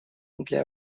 для